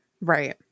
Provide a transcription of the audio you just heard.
Right